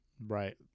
Right